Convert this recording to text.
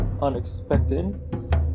unexpected